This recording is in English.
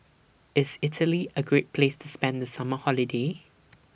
IS Italy A Great Place to spend The Summer Holiday